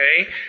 Okay